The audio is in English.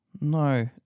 No